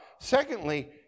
Secondly